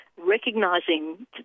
recognising